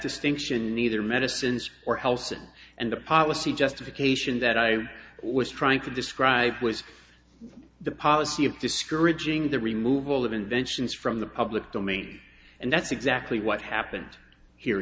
distinction either medicines or housen and the policy justification that i was trying to describe was the policy of discouraging the removal of inventions from the public domain and that's exactly what happened here